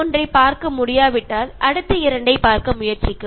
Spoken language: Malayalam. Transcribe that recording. ആദ്യത്തേത് കാണാൻ കഴിയാത്തവർ രണ്ടാമത്തെ രണ്ടു വീഡിയോകൾ കാണുക